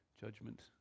judgment